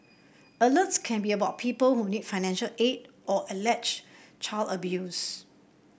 alerts can be about people who need financial aid or alleged child abuse